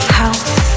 house